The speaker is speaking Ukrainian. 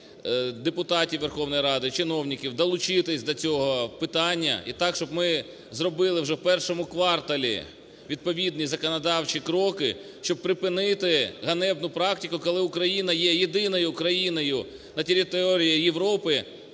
депутатів Верховної Ради, чиновників долучитись до цього питання і так, щоб ми зробили вже у першому кварталі відповідні законодавчі кроки, щоб припинити ганебну практику, коли Україна є єдиною країною на території Європи,